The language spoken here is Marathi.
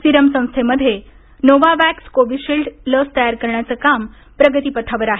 सिरम संस्थेमध्येा नोवावॅक्स कोविशिल्ड लस तयार करण्याचे काम प्रगतिपथावर आहे